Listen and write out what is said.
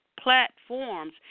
platforms